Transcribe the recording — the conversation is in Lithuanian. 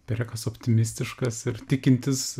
perekas optimistiškas ir tikintis